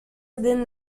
within